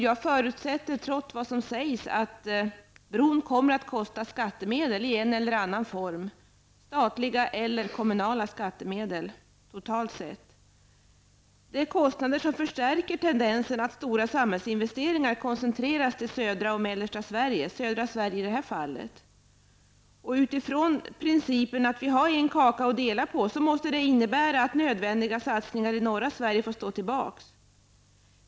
Jag förutsätter, trots vad som sägs, att bron kommer att kosta skattemedel i en eller annan form -- statliga eller kommunala. Det är kostnader som förstärker tendensen att stora samhällsinvesteringar koncentreras till södra och mellersta Sverige -- i detta fall södra Sverige. Utifrån principen att vi bara har en kaka att dela på måste detta innebära att nödvändiga satsningar i norra Sverige får stå tillbaka.